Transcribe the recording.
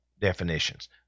definitions